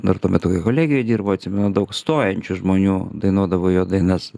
dar tuo metu kolegijoj dirbo atsimenu daug stojančių žmonių dainuodavo jo dainas